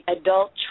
adult